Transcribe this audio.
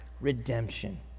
redemption